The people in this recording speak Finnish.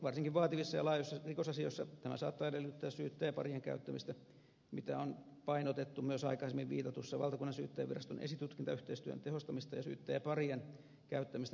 varsinkin vaativissa ja laajoissa rikosasioissa tämä saattaa edellyttää syyttäjäparien käyttämistä mitä on painotettu myös aikaisemmin viitatussa valtakunnansyyttäjänviraston esitutkintayhteistyön tehostamista ja syyttäjäparien käyttämistä koskevassa ohjeessa